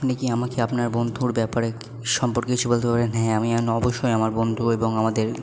আপনি কি আমাকে আপনার বন্ধুর ব্যাপারে সম্পর্কে কিছু বলতে পারবেন হ্যাঁ আমি অবশ্যই আমার বন্ধু এবং আমাদের